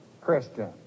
Christian